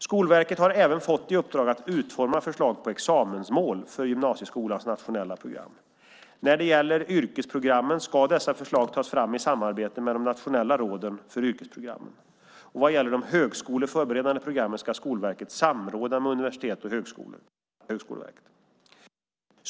Skolverket har även fått i uppdrag att utforma förslag till examensmål för gymnasieskolans nationella program. När det gäller yrkesprogrammen ska dessa förslag tas fram i samarbete med de nationella råden för yrkesprogrammen. Vad gäller de högskoleförberedande programmen ska Skolverket samråda med universitet och högskolor samt med Högskoleverket.